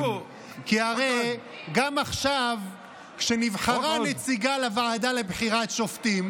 כי הרי גם עכשיו כשנבחרה הנציגה לוועדה לבחירת שופטים,